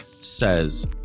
says